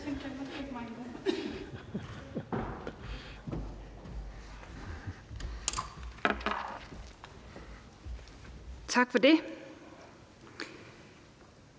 Tak for det.